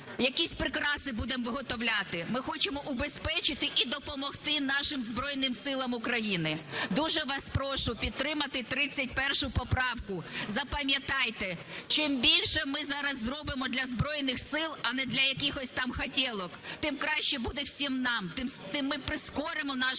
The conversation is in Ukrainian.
якісь прикраси будемо виготовляти. Ми хочемо убезпечити і допомогти нашим Збройним Силам України. Дуже вас прошу підтримати 31 поправку. Запам'ятайте: чим більше ми зараз зробимо для Збройних Сил, а не для якихось там "хотєлок", тим краще буде всім нам, тим ми прискоримо нашу перемогу.